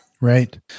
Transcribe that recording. Right